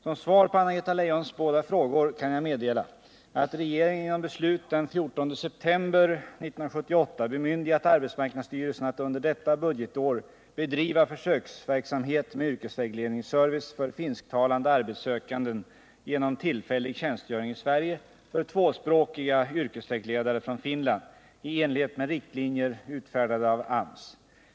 Som svar på Anna-Greta Leijons båda frågor kan jag meddela att regeringen genom beslut den 14 september 1978 bemyndigat arbetsmarknadsstyrelsen att under detta budgetår bedriva försöksverksamhet med yrkesvägledningsservice för finsktalande arbetssökande genom tillfällig tjänstgöring i Sverige för tvåspråkiga yrkesvägledare från Finland i enlighet med riktlinjer utfärdade av AMS.